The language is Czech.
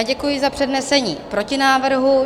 Děkuji za přednesení protinávrhu.